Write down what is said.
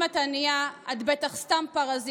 // אם את ענייה, את בטח סתם פרזיטית.